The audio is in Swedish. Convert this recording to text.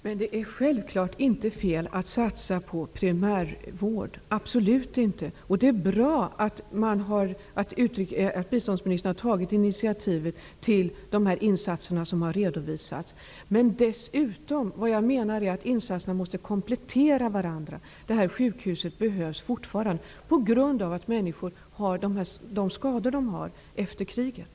Herr talman! Det är absolut inte fel att satsa på primärvård, och det är bra att biståndsministern har tagit initiativet till de insatser som har redovisats. Men vad jag menar är att insatserna måste komplettera varandra. Sjukhuset behövs fortfarande på grund av de skador som människor har efter kriget.